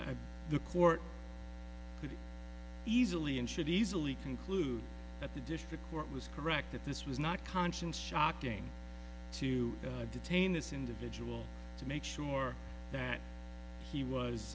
for could easily and should easily conclude that the district court was correct that this was not conscience shocking to detain this individual to make sure that he was